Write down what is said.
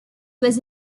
was